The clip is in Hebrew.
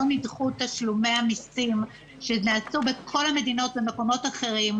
לא נדחו תשלומי המסים כמו שנעשה בכל המדינות האחרות אני